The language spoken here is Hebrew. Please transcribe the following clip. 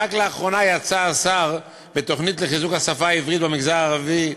רק לאחרונה יצא השר בתוכנית לחיזוק השפה העברית במגזר הערבי,